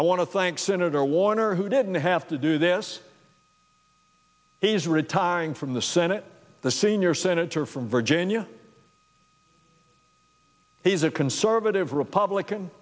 to thank senator warner who didn't have to do this he's retiring from the senate the senior senator from virginia he's a conservative republican